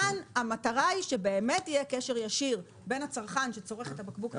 כאן המטרה היא שבאמת יהיה קשר ישיר בין הצרכן שצורך את הבקבוק הגדול,